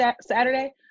Saturday